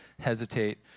hesitate